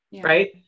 right